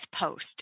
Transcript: post